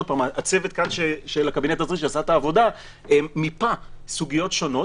צוות הקבינט שעשה את העבודה מיפה סוגיות שונות,